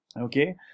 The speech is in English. Okay